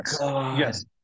yes